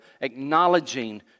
acknowledging